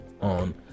on